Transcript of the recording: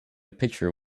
picture